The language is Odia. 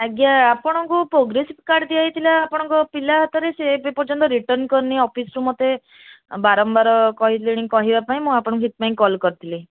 ଆଜ୍ଞା ଆପଣଙ୍କୁ ପ୍ରୋଗ୍ରେସ୍ କାର୍ଡ଼ ଦିଆହେଇଥିଲା ଆପଣଙ୍କ ପିଲା ହାତରେ ସେ ଏବେ ପର୍ଯ୍ୟନ୍ତ ରିଟର୍ନ କରିନି ଅଫିସ୍ରୁ ମୋତେ ବାରମ୍ବାର କହିଲେଣି କହିବା ପାଇଁ ମୁଁ ସେଥିପାଇଁ କଲ୍ କରିଥିଲି